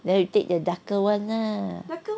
then you take the darker [one] lah